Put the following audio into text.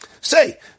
Say